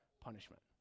punishment